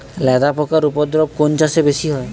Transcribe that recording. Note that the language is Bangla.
লেদা পোকার উপদ্রব কোন চাষে বেশি হয়?